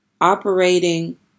Operating